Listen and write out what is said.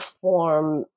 form